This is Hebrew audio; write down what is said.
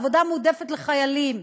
עבודה מועדפת לחיילים,